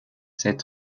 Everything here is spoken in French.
cette